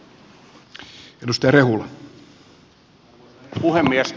arvoisa herra puhemies